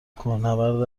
کوهنورد